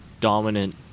dominant